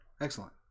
excellent